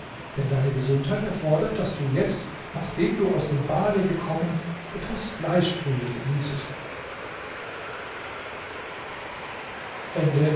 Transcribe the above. denn deine gesundheit erfordert daß du jetzt nachdem du aus dem bade gekommen etwas fleischbrühe genießest